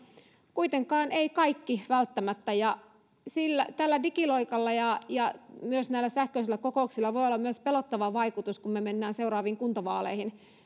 kuitenkaan ei välttämättä kaikki tällä digiloikalla ja ja myös näillä sähköisillä kokouksilla voi olla myös pelottava vaikutus kun me mennään seuraaviin kuntavaaleihin